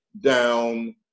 down